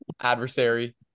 adversary